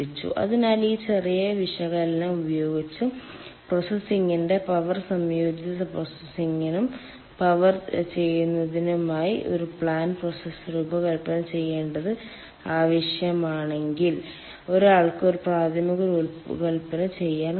അതിനാൽ ഈ ചെറിയ വിശകലനം ഉപയോഗിച്ച് പ്രോസസ്സിംഗിനും പവർ സംയോജിത പ്രോസസ്സിംഗിനും പവർ ചെയ്യുന്നതിനുമായി ഒരു പ്ലാന്റ് പ്രോസസ്സ് രൂപകൽപ്പന ചെയ്യേണ്ടത് ആവശ്യമാണെങ്കിൽ ഒരാൾക്ക് ഒരു പ്രാഥമിക രൂപകൽപ്പന ചെയ്യാൻ കഴിയും